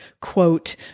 quote